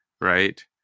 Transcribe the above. right